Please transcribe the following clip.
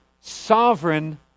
sovereign